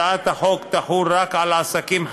שאינו מחובר לרשת המים.